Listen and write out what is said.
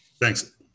Thanks